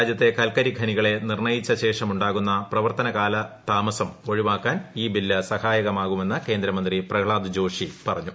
രാജ്യത്തെ കൽക്കരി ഖനികളെ നിർണ്ണയിച്ച ശേഷമുണ്ടാകുന്ന പ്രവർത്തനകാലതാമസം ഒഴിവാക്കാൻ ഈ ബില്ല് സഹായകരമാവുമെന്ന് കേന്ദ്രമന്ത്രി പ്രഹ്ലാദ് ജോഷി പറഞ്ഞു